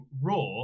Raw